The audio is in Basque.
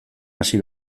hasi